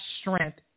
strength